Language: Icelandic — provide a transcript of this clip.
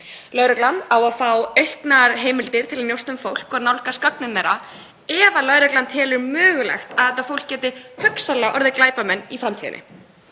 Lögreglan á að fá auknar heimildir til að njósna um fólk og nálgast gögnin þeirra ef lögreglan telur mögulegt að þetta fólk geti hugsanlega orðið glæpamenn í framtíðinni.